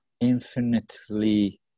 infinitely